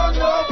no